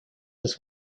this